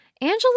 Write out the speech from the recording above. Angela